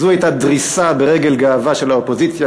זאת הייתה דריסה ברגל גאווה של האופוזיציה,